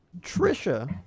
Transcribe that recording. Trisha